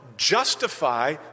justify